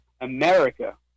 America